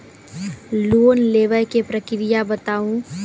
Loan लेवे के प्रक्रिया बताहू?